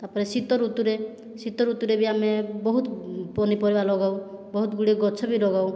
ତା'ପରେ ଶୀତ ଋତୁରେ ଶୀତ ଋତୁରେ ବି ଆମେ ବହୁତ ପନିପରିବା ଲଗାଉ ବହୁତଗୁଡ଼ିଏ ଗଛ ବି ଲଗାଉ